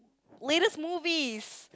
latest movies